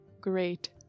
great